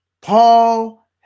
Paul